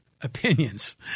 opinions